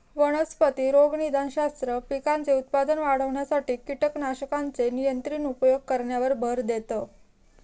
वनस्पती रोगनिदानशास्त्र, पिकांचे उत्पादन वाढविण्यासाठी कीटकनाशकांचे नियंत्रित उपयोग करण्यावर भर देतं